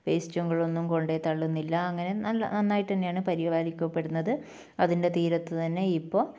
വേസ്റ്റുകൾ ഒന്നും കൊണ്ട് തള്ളുന്നില്ല അങ്ങനെ നല്ല നന്നായിട്ടു തന്നെയാണ് പരിപാലിക്കപ്പെടുന്നത് അതിൻ്റെ തീരത്ത് തന്നെ ഇപ്പോൾ